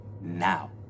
now